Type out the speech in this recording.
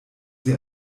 sie